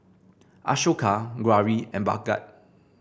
Ashoka Gauri and Bhagat